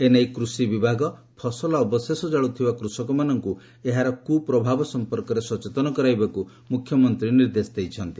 ଏ ନେଇ କୃଷି ବିଭାଗ ଫସଲ ମୂଳ ଜାଳୁଥିବା କୃଷକମାନଙ୍କୁ ଏହାର କୁପ୍ରଭାବ ସଂପର୍କରେ ସଚେତନ କରାଇବାକୁ ମୁଖ୍ୟମନ୍ତ୍ରୀ ନିର୍ଦ୍ଦେଶ ଦେଇଛନ୍ତି